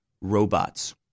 robots